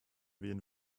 wen